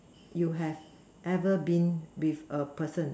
you have ever been with a person